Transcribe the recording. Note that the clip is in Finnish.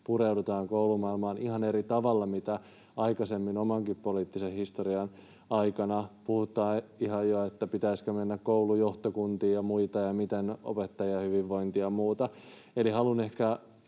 pureudutaan koulumaailmaan ihan eri tavalla, mitä aikaisemmin omankin poliittisen historian aikana — puhutaan ihan jo, että pitäisikö mennä koulun johtokuntiin ja muihin, ja miten opettajien hyvinvointi, ja muuta.